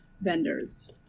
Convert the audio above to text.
vendors